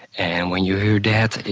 and when you heard yeah that,